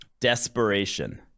Desperation